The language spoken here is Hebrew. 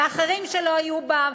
ואחרים שלא היו כאן,